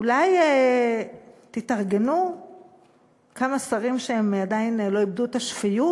אולי תתארגנו כמה שרים שעדיין לא איבדו את השפיות,